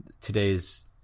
today's